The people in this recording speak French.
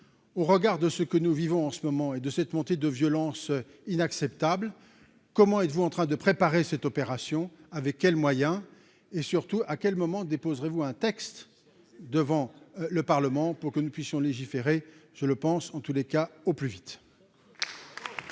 au regard de ce que nous vivons en ce moment et de cette montée de violence inacceptable comment êtes-vous en train de préparer cette opération, avec quels moyens et surtout à quel moment déposerez-vous un texte devant le Parlement pour que nous puissions légiférer, je le pense en tous les cas au plus vite.